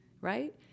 right